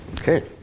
Okay